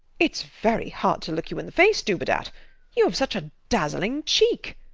its very hard to look you in the face, dubedat you have such a dazzling cheek.